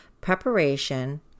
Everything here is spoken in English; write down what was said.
preparation